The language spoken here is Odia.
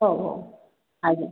ହୋଉ ହୋଉ ଆଜ୍ଞା